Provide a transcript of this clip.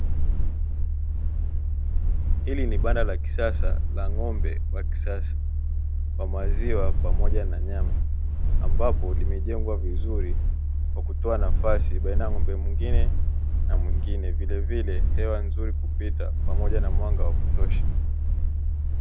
Hili ni banda la kisasa la ng'omba wa kisasa wa maziwa, pamoja na nyama ambapo limejengwa vizuri kwa kutoa nafasi baina ya ng'ombe mwingine na mwingine vilevile hewa nzuri kupita pamoja na mwanga wa kutosha.